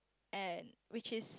and which is